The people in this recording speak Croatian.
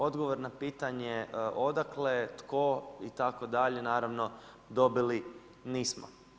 Odgovor na pitanje odakle, tko itd. naravno dobili nismo.